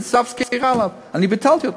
חבר הכנסת צחי הנגבי יציג לנו את הצו.